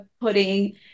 putting